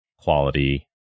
quality